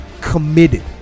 committed